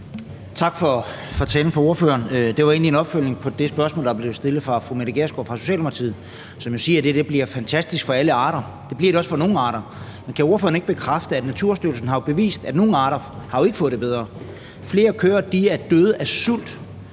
til ordføreren for talen. Det er egentlig en opfølgning på det spørgsmål, der blev stillet af fru Mette Gjerskov fra Socialdemokratiet, som jo sagde, at det her bliver fantastisk for alle arter. Det bliver det også for nogle arter. Men kan ordføreren ikke bekræfte, at Naturstyrelsen har bevist, at nogle arter jo ikke har fået det bedre? Flere køer er døde af sult;